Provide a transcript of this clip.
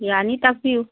ꯌꯥꯅꯤ ꯇꯥꯛꯄꯤꯌꯨ